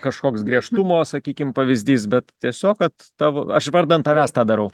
kažkoks griežtumo sakykim pavyzdys bet tiesiog vat tavo aš vardan tavęs tą darau